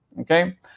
okay